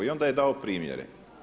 I onda je dao primjere.